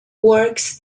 works